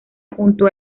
junto